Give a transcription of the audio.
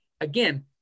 again